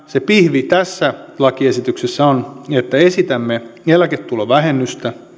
se pihvi tässä lakiesityksessä on että esitämme eläketulovähennystä